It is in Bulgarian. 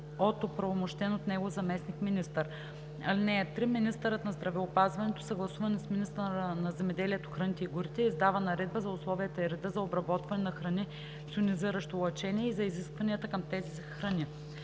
от оправомощен от него заместник-министър. (3) Министърът на здравеопазването съгласувано с министъра на земеделието, храните и горите издава наредба за условията и реда за обработване на храни с йонизиращо лъчение и за изискванията към тези храни“.